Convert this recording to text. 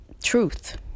truth